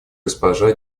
госпожа